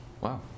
Wow